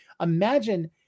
Imagine